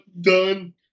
done